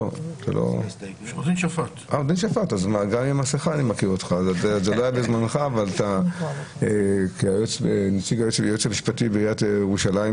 זה לא היה בזמנך אבל אתה כנציג הייעוץ המשפטי בעיריית ירושלים,